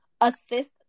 assist